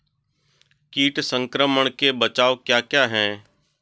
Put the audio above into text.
कीट संक्रमण के बचाव क्या क्या हैं?